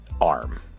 arm